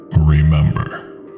remember